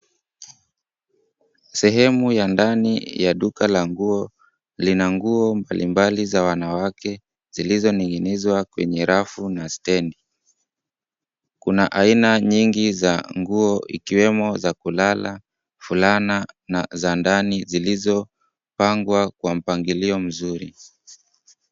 Sehemu ya ndani ya duka la nguo lina nguo mbalimbali za wanawake zilizoning'inizwa kwenye rafu na stendi. Kuna aina nyingi za nguo ikiwemo za kulala, fulana na za ndani zilizopangwa kwa mpangilio mzuri.